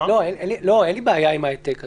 אין לי בעיה עם ההעתק הזה.